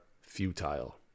futile